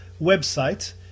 website